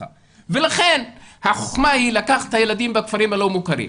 לכן החכמה היא לקחת את הילדים בכפרים הלא מוכרים,